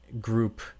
group